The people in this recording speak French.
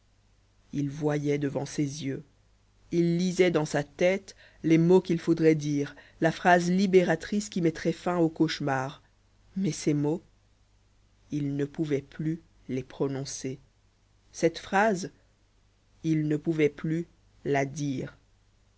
il voyait devant ses yeux il lisait dans sa tête les mots qu'il faudrait dire la phrase libératrice qui mettrait fin au cauchemar mais ces mots il ne pouvait plus les prononcer cette phrase il ne pouvait plus la dire